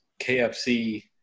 KFC